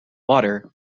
water